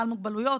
בוקר טוב.